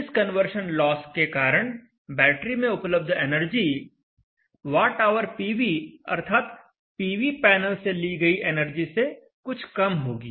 इस conversion loss के कारण बैटरी में उपलब्ध एनर्जी WhPV अर्थात पीवी पैनल से ली गई एनर्जी से कुछ कम होगी